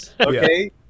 Okay